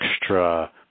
extra